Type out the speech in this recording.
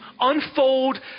unfold